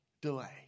delay